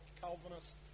Calvinist